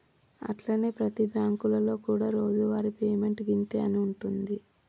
అట్లనే ప్రతి బ్యాంకులలో కూడా రోజువారి పేమెంట్ గింతే అని ఉంటుంది